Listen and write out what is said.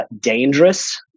dangerous